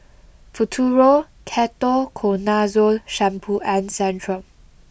Futuro Ketoconazole shampoo and Centrum